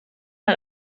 hat